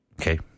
Okay